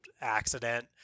accident